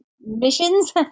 missions